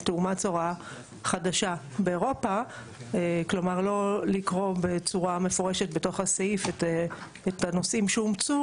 זה שיהיה ברור שאם אומצה הוראה ולא היה לגביה איזושהי החרגה מיוחדת,